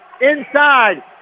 Inside